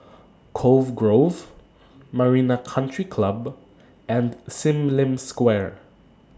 Cove Grove Marina Country Club and SIM Lim Square